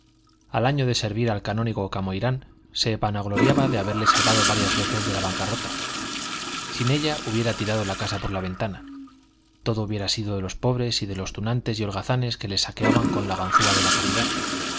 al año de servir al canónigo camoirán se vanagloriaba de haberle salvado varias veces de la bancarrota sin ella hubiera tirado la casa por la ventana todo hubiera sido de los pobres y de los tunantes y holgazanes que le saqueaban con la ganzúa de la caridad